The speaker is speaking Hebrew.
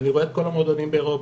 אני רואה את כל המועדונים באירופה.